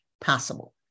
possible